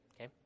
okay